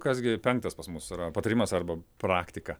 kas gi penktas pas mus yra patarimas arba praktika